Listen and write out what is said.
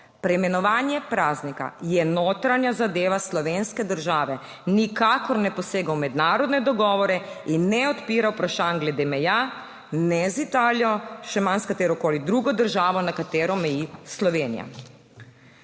Preimenovanje praznika je notranja zadeva slovenske države, nikakor ne posega v mednarodne dogovore in ne odpira vprašanj glede meja ne z Italijo, še manj s katerokoli drugo državo, na katero meji Slovenija.